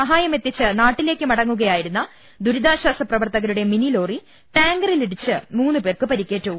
സ്റ്റായുമെ ത്തിച്ച് നാട്ടിലേക്ക് മടങ്ങുകയായിരുന്ന ദുരിതാശ്ചാസ പ്രവർത്തകരുടെ മിനിലോറി ടാങ്കറിലിടിച്ച് മൂന്ന് പേർക്ക് പരി ക്കേറ്റു